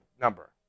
number